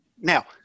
Now